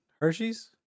Hershey's